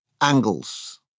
angles